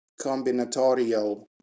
combinatorial